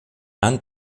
and